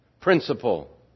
principle